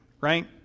right